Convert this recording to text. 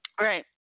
Right